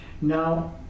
Now